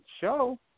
show